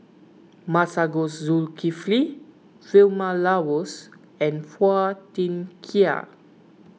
Masagos Zulkifli Vilma Laus and Phua Thin Kiay